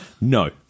No